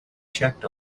checked